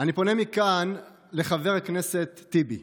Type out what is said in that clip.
אני פונה מכאן לחבר הכנסת טיבי: